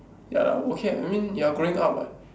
ya lah okay I mean you are growing up what